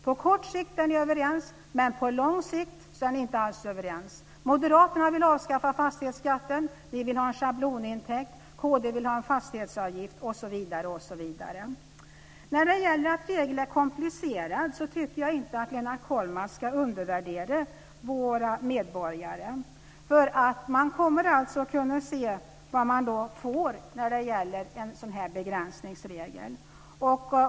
På kort sikt är ni överens, men på lång sikt är ni inte alls överens. Moderaterna vill avskaffa fastighetsskatten, ni vill ha en schablonintäkt, kd vill ha en fastighetsavgift, osv. När det gäller att reglerna är komplicerade tycker jag inte att Lennart Kollmats ska undervärdera våra medborgare. Man kommer att kunna se vad man får med en sådan här begränsningsregel.